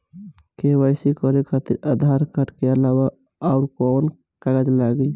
KYC करे खातिर Aadhaar card के अलावा आउरकवन कवन कागज चाहीं?